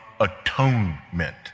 atonement